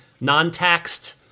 non-taxed